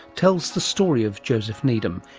tells the story of joseph needham,